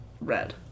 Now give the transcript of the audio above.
Red